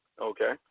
okay